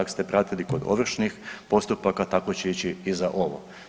Ak ste pratili kod ovršnih postupaka, tako će ići i za ovo.